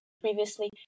previously